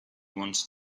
wanted